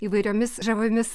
įvairiomis žaviomis